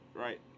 right